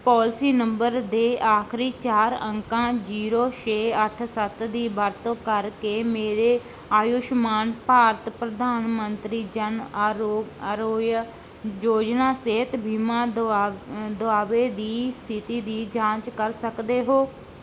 policy number ਦੇ ਆਖਰੀ ਚਾਰ ਅੰਕਾਂ ਜ਼ੀਰੋ ਛੇ ਅੱਠ ਸੱਤ ਦੀ ਵਰਤੋਂ ਕਰਕੇ ਮੇਰੇ ਆਯੁਸ਼ਮਾਨ ਭਾਰਤ ਪ੍ਰਧਾਨ ਮੰਤਰੀ ਜਨ ਆਰੋ ਆਰੋਗਯ ਯੋਜਨਾ ਸਿਹਤ ਬੀਮਾ ਦੁਆਵ ਦਾਅਵੇ ਦੀ ਸਥਿਤੀ ਦੀ ਜਾਂਚ ਕਰ ਸਕਦੇ ਹੋ